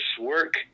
work